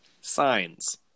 signs